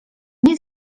nie